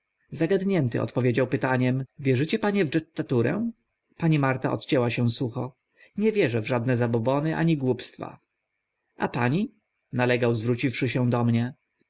zagadnięty odpowiedział zapytaniem wierzycie panie w dżetatturę pani marta odcięła się sucho nie wierzę w żadne zabobony ani głupstwa a pani nalegał zwróciwszy się do mnie